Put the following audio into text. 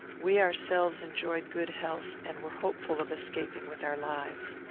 we ourselves enjoyed good health, and were hopeful of escaping with our lives.